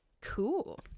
Cool